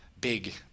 big